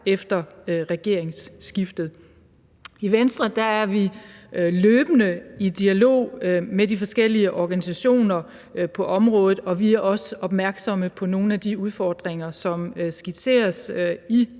efter regeringsskiftet. I Venstre er vi løbende i dialog med de forskellige organisationer på området, og vi er også opmærksomme på nogle af de udfordringer, som skitseres i